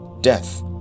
Death